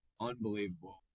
unbelievable